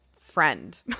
friend